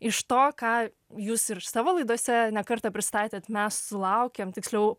iš to ką jūs ir savo laidose ne kartą pristatėte mes sulaukėme tiksliau